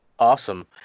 Awesome